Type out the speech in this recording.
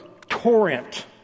torrent